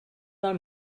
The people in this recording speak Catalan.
del